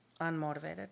unmotivated